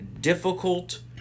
difficult